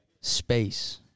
space